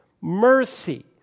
mercy